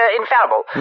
infallible